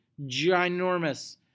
ginormous